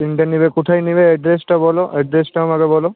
তিনটে নেবে কোথায় নেবে অ্যাড্রেসটা বলো অ্যাড্রেসটা আমাকে বলো